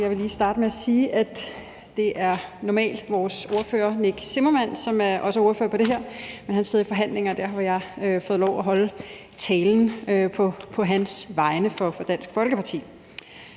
Jeg vil lige starte med at sige, at det normalt er vores ordfører, Nick Zimmermann, som er ordfører på det her område, men at han sidder i forhandlinger, og derfor har jeg fået lov at holde talen for Dansk Folkeparti